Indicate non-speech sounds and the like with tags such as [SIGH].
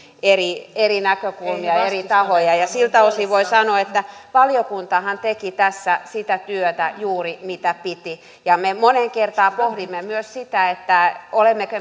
eri eri näkökulmia ja eri tahoja siltä osin voi sanoa että valiokuntahan teki tässä juuri sitä työtä mitä piti ja me moneen kertaan pohdimme myös sitä olemmeko [UNINTELLIGIBLE]